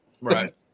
Right